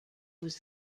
was